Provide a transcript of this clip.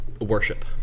worship